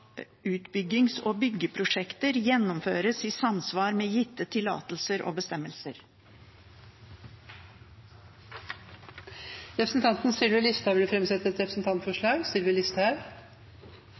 utbyggings- og byggeprosjekter gjennomføres i samsvar med gitte tillatelser og bestemmelser. Representanten Sylvi Listhaug vil framsette et